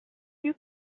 you